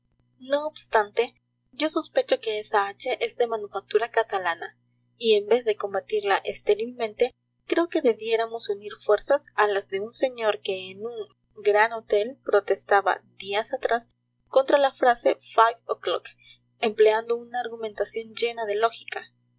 no obstante yo sospecho que esa hache es de manufactura catalana y en vez de combatirla estérilmente creo que debiéramos unir nuestras fuerzas a las de un señor que en un gran hotel protestaba días atrás contra la frase five o'clock empleando una argumentación llena de lógica